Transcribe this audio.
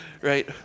right